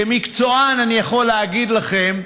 כמקצוען אני יכול הגיד לכם: